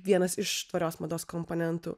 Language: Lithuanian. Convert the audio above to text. vienas iš tvarios mados komponentų